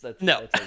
No